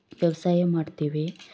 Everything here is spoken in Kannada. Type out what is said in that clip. ವ್ಯವಸಾಯ ಮಾಡ್ತೀವಿ